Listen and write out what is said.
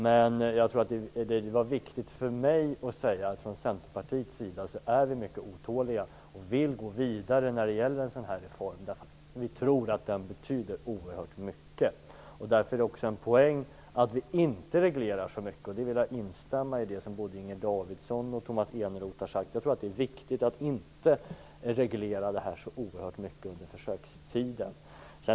Men det var viktigt för mig att säga att vi från Centerpartiet är mycket otåliga och vill gå vidare när det gäller en sådan reform som vi tror betyder oerhört mycket. Därför är det också en poäng att vi inte reglerar så mycket. I detta sammanhang vill jag alltså instämma i det som både Inger Davidson och Tomas Eneroth har sagt. Jag tror att det är viktigt att inte reglera detta så oerhört mycket under försökstiden.